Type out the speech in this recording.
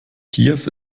kiew